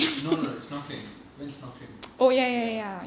no no no snorkeling went snorkeling ya